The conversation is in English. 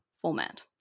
format